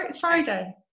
Friday